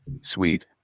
Sweet